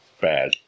bad